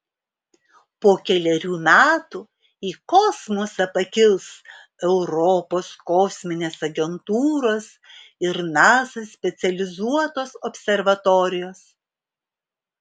po kelerių metų į kosmosą pakils europos kosminės agentūros ir nasa specializuotos observatorijos